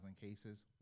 cases